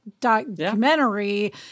documentary